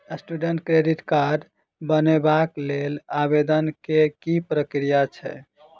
Student credit card बनेबाक लेल आवेदन केँ की प्रक्रिया छै?